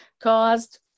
caused